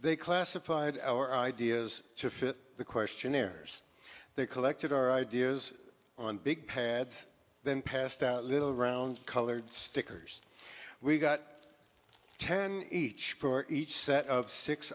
they classified our ideas to fit the questionnaires they collected our ideas on big pads then passed out little round colored stickers we got ten each for each set of six